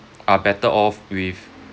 are better off with